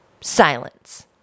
Silence